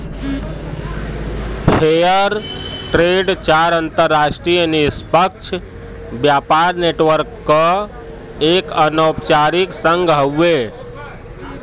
fair trade चार अंतरराष्ट्रीय निष्पक्ष व्यापार नेटवर्क क एक अनौपचारिक संघ हउवे